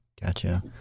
Gotcha